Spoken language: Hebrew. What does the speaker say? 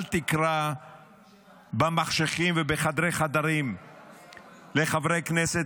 אל תקרא במחשכים ובחדרי חדרים לחברי כנסת